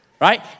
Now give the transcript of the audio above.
right